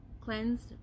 cleansed